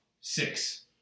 six